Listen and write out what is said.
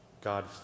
God